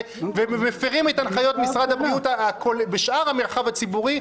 ומפירים את הנחיות משרד הבריאות בשאר המרחב הציבורי,